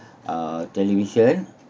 uh television